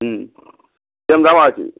হুম কিরম দাম আছে